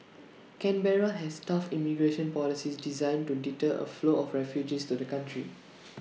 Canberra has tough immigration policies designed to deter A flow of refugees to the country